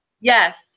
Yes